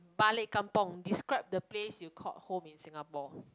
balik kampung describe the place you called home in singapore